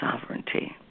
sovereignty